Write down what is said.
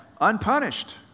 unpunished